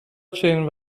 چنین